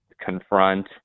confront